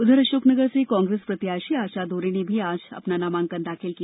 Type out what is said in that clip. उधर अशोकनगर से कांग्रेस प्रत्याशी आशा दोहरे ने भी आज अपना नामांकन दाखिल किया